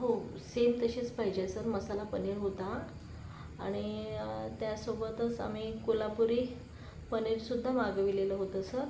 हो सेम तशीच पाहिजे आहे सर मसाला पनीर होता आणि त्यासोबतच आम्ही कोल्हापुरी पनीरसुद्धा मागविलेलं होतं सर